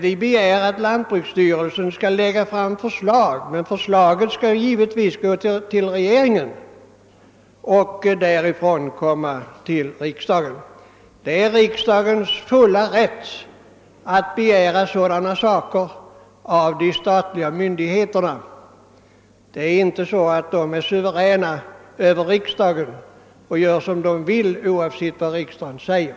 Vi begär att lantbruksstyrelsen skall lägga fram förslag, men dessa skall givetvis lämnas till regeringen och därifrån komma till riksdagen. Det är riksdagens fulla rätt att begära sådant av de statliga myndigheterna. Det är inte på det viset att dessa är suveräna över riksdagen och gör som de vill, oavsett vad riksdagen säger.